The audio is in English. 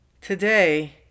Today